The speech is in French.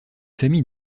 famille